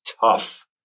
tough